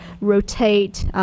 rotate